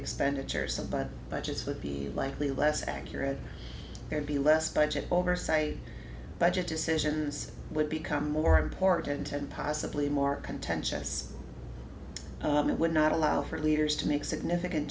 expenditures of but budgets would be likely less accurate there'd be less budget oversight budget decisions would become more important and possibly more contentious it would not allow for leaders to make significant